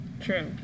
True